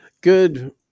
Good